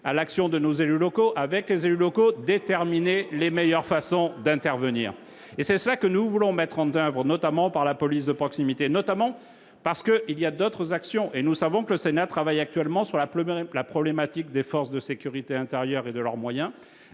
à l'action de nos élus locaux avec les élus locaux, déterminer les meilleures façons d'intervenir et c'est cela que nous voulons mettre Endeavour notamment par la police de proximité, notamment parce que il y a d'autres actions et nous savons que le Sénat travaille actuellement sur la plume, la problématique des forces de sécurité intérieure et de leurs moyens,